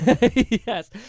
Yes